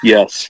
Yes